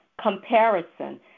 comparison